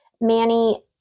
Manny